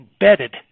embedded